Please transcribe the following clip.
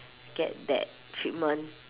get that treatment